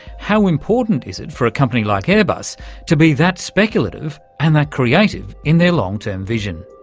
how important is it for a company like airbus to be that speculative and that creative in their long-term vision?